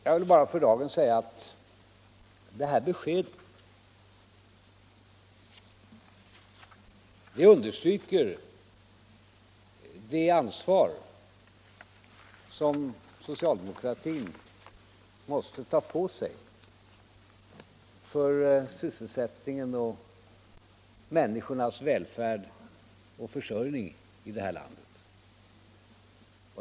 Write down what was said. Jag vill bara för dagen säga att detta besked understryker det ansvar som socialdemokratin måste ta på sig för sysselsättningen och människornas välfärd och försörjning i vårt land.